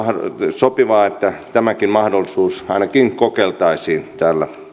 sopivaa että tämäkin mahdollisuus ainakin kokeiltaisiin täällä